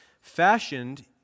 fashioned